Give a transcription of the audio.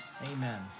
Amen